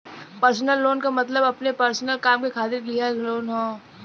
personal loan क मतलब अपने पर्सनल काम के खातिर लिहल लोन हौ